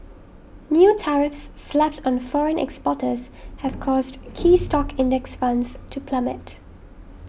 new tariffs slapped on foreign exporters have caused key stock index funds to plummet